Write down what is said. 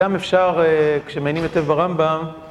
גם אפשר, כשמעניינים היטב ברמב"ם,